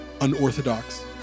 unorthodox